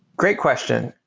great question.